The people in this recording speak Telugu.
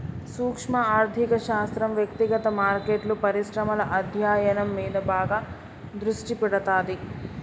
సూక్శ్మ ఆర్థిక శాస్త్రం వ్యక్తిగత మార్కెట్లు, పరిశ్రమల అధ్యయనం మీద బాగా దృష్టి పెడతాది